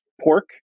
pork